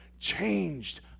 changed